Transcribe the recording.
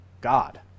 God